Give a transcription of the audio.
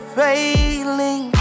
failing